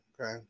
okay